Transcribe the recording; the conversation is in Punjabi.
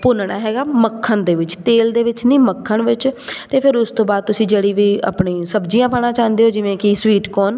ਭੁੰਨਣਾ ਹੈਗਾ ਮੱਖਣ ਦੇ ਵਿੱਚ ਤੇਲ ਦੇ ਵਿੱਚ ਨਹੀਂ ਮੱਖਣ ਵਿੱਚ ਅਤੇ ਫਿਰ ਉਸ ਤੋਂ ਬਾਅਦ ਤੁਸੀਂ ਜਿਹੜੀ ਵੀ ਆਪਣੀ ਸਬਜ਼ੀਆ ਪਾਉਣਾ ਚਾਹੁੰਦੇ ਹੋ ਜਿਵੇਂ ਕਿ ਸਵੀਟ ਕੋਰਨ